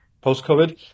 post-COVID